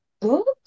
book